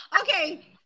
Okay